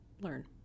learn